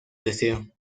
deseo